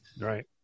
Right